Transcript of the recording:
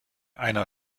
einer